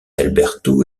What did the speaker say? alberto